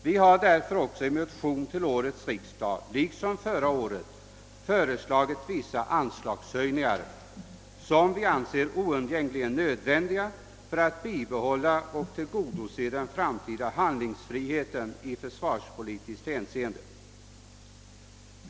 Vi har därför i en motion till årets riksdag liksom förra året föreslagit vissa anslagshöjningar, som vi anser oundgängligen nödvändiga för att tillgodose vår framtida handlingsfrihet i försvarspolitiskt hänseende.